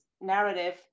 narrative